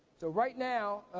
so right now,